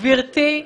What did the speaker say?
גברתי,